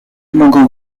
mogą